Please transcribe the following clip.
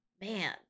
man